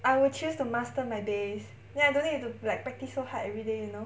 I will choose to master my bass then I don't need to like practice so hard everyday you know